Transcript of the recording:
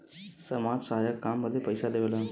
समाज सहायक काम बदे पइसा देवेला